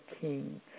King